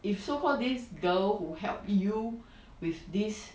if so call this girl who help you with this